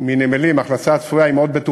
הצפויה מנמלים מאוד בטוחה,